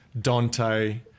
Dante